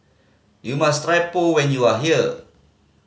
you must try Pho when you are here